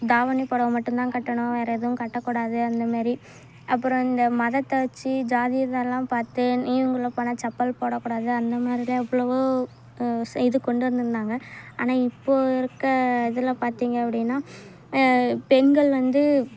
தாவணி புடவை மட்டும்தான் கட்டணும் வேறு எதுவும் கட்டக்கூடாது அந்தமாரி அப்புறோம் இந்த மதத்தை வச்சு ஜாதி இதெல்லாம் பார்த்து உள்ளே போனால் செப்பல் போடக்கூடாது அந்தமாதிரிதான் எவ்வளவோ இது கொண்டு வந்திருந்தாங்க ஆனால் இப்போது இருக்கற இதில் பார்த்திங்க அப்படினா பெண்கள் வந்து